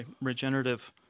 regenerative